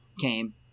came